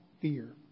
fear